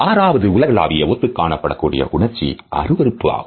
ஆறாவதாக உலகளாவிய ஒத்துக் காணப்படக்கூடிய உணர்ச்சி அருவருப்பு ஆகும்